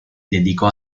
dedicò